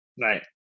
Right